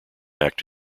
act